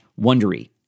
wondery